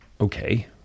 okay